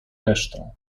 resztę